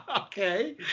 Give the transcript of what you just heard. okay